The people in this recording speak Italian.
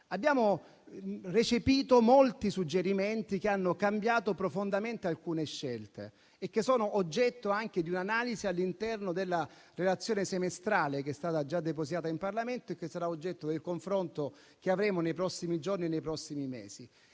andiamo recepito molti suggerimenti che hanno cambiato profondamente alcune scelte e che sono anche oggetto di un'analisi all'interno della relazione semestrale che è stata già depositata in Parlamento e che sarà oggetto del confronto che avremo nei prossimi giorni e nei prossimi mesi.